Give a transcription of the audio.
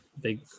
Big